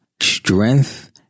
Strength